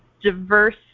diverse